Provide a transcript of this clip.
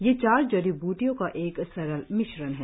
यह चार जड़ी बूटियों का एक सरल मिश्रण है